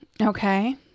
Okay